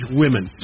women